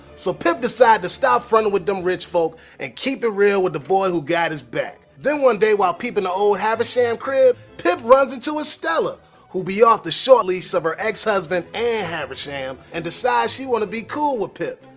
so pip decide to stop frontin wit dem rich folk and keeps it real with the boy who got his back. then one day while peepin the old haversham crib, pip runs in to estella who be off the short lease of her ex-husband and haversham, and decide she wanna be cool with pip.